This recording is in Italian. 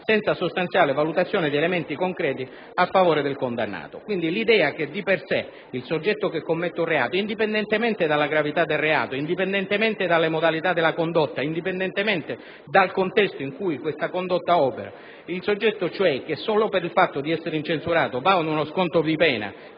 senza sostanziale valutazione di elementi concreti a favore del condannato. L'idea che il soggetto che commette un reato, indipendentemente dalla gravità del reato, indipendentemente dalla modalità della condotta, indipendentemente dal contesto in cui questa condotta opera, solo per essere incensurato ottenga uno sconto di pena